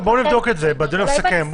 בסדר, נבדוק את זה בדיון המסכם.